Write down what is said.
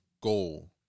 goal